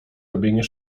robienie